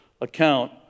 account